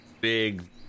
big